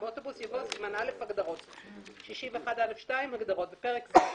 באוטובוס" יבוא: הגדרות 61א2. בפרק זה,